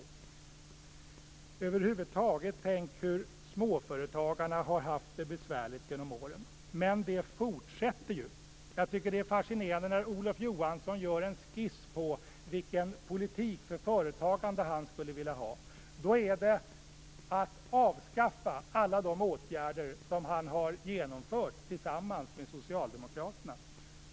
Tänk över huvud taget hur besvärligt småföretagarna har haft det genom åren! Men det fortsätter ju. Jag tycker att det är fascinerande att när Olof Johansson gör en skiss över vilken politik för företagande han skulle vilja ha, är det att avskaffa alla de åtgärder som han har genomfört tillsammans med socialdemokraterna.